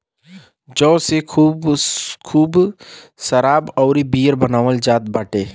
जौ से खूब शराब अउरी बियर बनावल जात बाटे